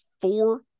four